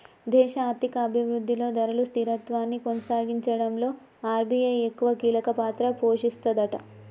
దేశ ఆర్థిక అభివృద్ధిలో ధరలు స్థిరత్వాన్ని కొనసాగించడంలో ఆర్.బి.ఐ ఎక్కువ కీలక పాత్ర పోషిస్తదట